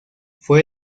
fue